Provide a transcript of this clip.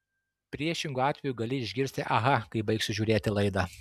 priešingu atveju gali išgirsti aha kai baigsiu žiūrėti laidą